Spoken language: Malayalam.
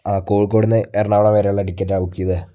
ആ കോഴിക്കോടുനിന്ന് എറണാകുളം വരെയുള്ള ടിക്കറ്റാണ് ബുക്ക് ചെയ്തത്